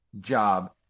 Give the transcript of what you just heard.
job